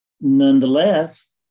Nonetheless